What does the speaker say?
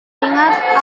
ingat